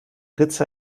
ritze